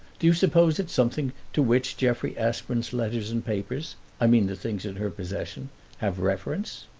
do you suppose it's something to which jeffrey aspern's letters and papers i mean the things in her possession have reference?